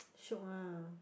shiok ah